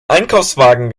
einkaufswagen